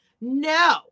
No